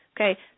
okay